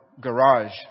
garage